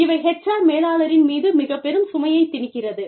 இவை HR மேலாளரின் மீது மிகப்பெரும் சுமையைத் திணிக்கிறது